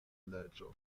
leĝo